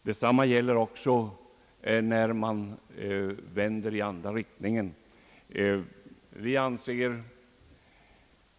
Detsamma gäller också när man vänder i andra riktningen.